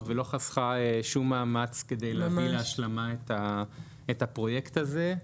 ולא חסכה שום מאמץ כדי להביא להשלמה את הפרויקט הזה.